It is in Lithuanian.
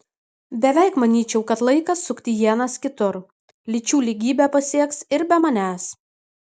beveik manyčiau kad laikas sukti ienas kitur lyčių lygybę pasieks ir be manęs